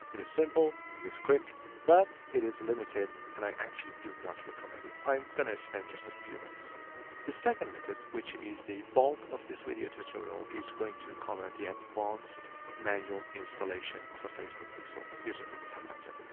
it is simple, it is quick but it is limited and i actually do not recommend it. i'm going to spend just a few minutes on it. the second method, which is the bulk of this video tutorial is going to cover the advanced manual installation of a facebook pixel using google tag manager.